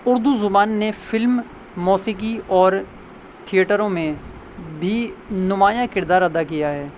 اردو زبان نے فلم موسیقی اور تھئیٹروں میں بھی نمایاں کردار ادا کیا ہے